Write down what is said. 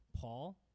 Paul